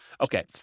okay